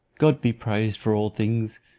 god be praised for all things,